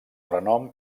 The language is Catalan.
renom